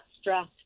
stress